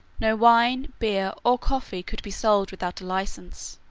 no wine, beer, or coffee could be sold without a license.